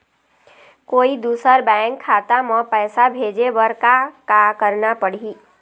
कोई दूसर बैंक खाता म पैसा भेजे बर का का करना पड़ही?